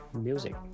music